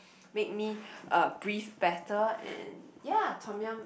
make me uh breath better and yeah tom-yum